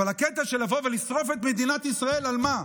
אבל הקטע של לבוא ולשרוף את מדינת ישראל, על מה?